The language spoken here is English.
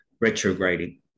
retrograding